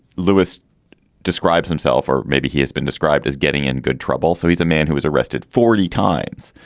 lewis describes himself or maybe he has been described as getting in good trouble. so he's a man who was arrested forty times,